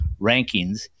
rankings